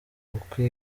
uko